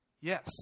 Yes